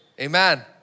Amen